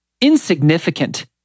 insignificant